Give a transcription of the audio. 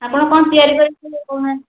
ଆପଣ କ'ଣ ତିଆରି କରିବେ କହୁନାହାଁନ୍ତି